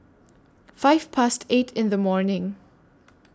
five Past eight in The morning